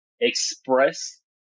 express